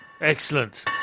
Excellent